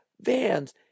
vans